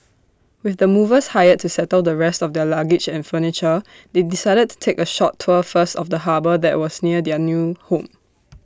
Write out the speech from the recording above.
with the movers hired to settle the rest of their luggage and furniture they decided to take A short tour first of the harbour that was near their new home